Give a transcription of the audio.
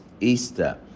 Easter